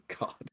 God